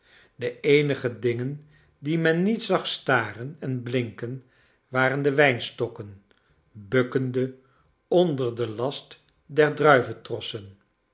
de eenige dingen die men niet zag staren en blinken waren de wijnstokken bukkende onder den last